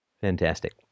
Fantastic